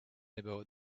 about